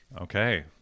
okay